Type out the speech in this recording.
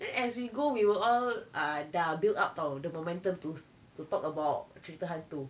then as we go we will all ah tha~ dah build up [tau] the momentum to s~ to talk about cerita hantu